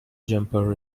jumper